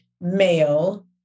male